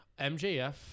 MJF